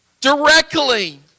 directly